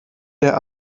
der